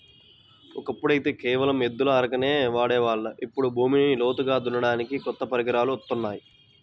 ఒకప్పుడైతే కేవలం ఎద్దుల అరకనే వాడే వాళ్ళం, ఇప్పుడు భూమిని లోతుగా దున్నడానికి కొత్త పరికరాలు వత్తున్నాయి